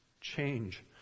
Change